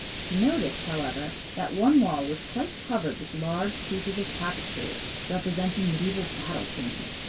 she noticed, however, that one wall was quite covered with large pieces of tapestry representing medieval battle scenes,